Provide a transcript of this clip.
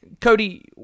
Cody